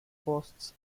costs